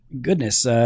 goodness –